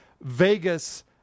Vegas